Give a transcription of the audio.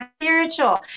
spiritual